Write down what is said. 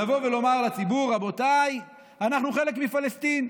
לבוא ולומר לציבור: רבותיי, אנחנו חלק מפלסטין,